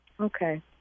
Okay